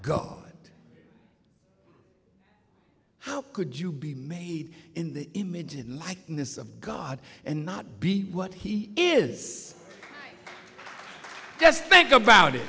god how could you be made in the image and likeness of god and not be what he is just think about i